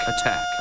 Attack